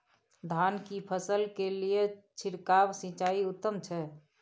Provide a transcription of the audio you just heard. धान की फसल के लिये छिरकाव सिंचाई उत्तम छै?